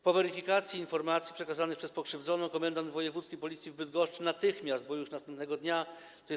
Po weryfikacji informacji przekazanych przez pokrzywdzoną komendant wojewódzki Policji w Bydgoszczy natychmiast, bo już następnego dnia, tj.